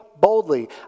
boldly